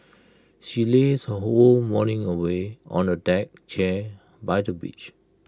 she lazed her whole morning away on A deck chair by the beach